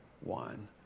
one